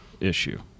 issue